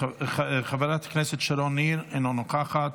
חברת הכנסת שרון ניר, אינה נוכחת,